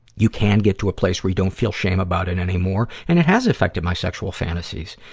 you can get to a place where you don't feel shame about it anymore. and it has affected my sexual fantasies.